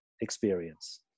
experience